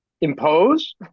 Impose